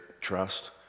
trust